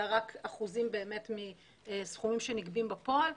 אלא רק אחוזים מסכומים שנגבים בפועל.